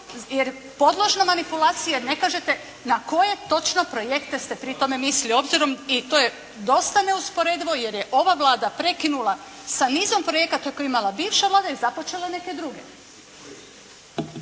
ne razumije./… manipulacije, ne kažete na koje točno projekte ste pri tome mislili. Obzirom i to je dosta neusporedivo jer je ova Vlada prekinula sa nizom projekata koje je imala bivša Vlada i započela neke druge.